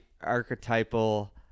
archetypal